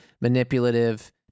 manipulative